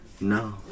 No